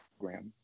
program